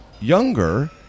younger